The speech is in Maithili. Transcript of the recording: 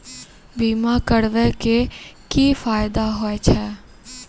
बीमा करबै के की फायदा होय छै?